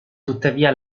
tuttavia